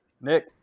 Nick